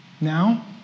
Now